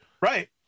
Right